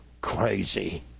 crazy